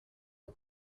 are